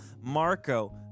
Marco